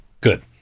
Good